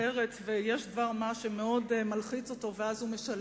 בפרץ ויש דבר מה שמאוד מלחיץ אותו ואז הוא משלם.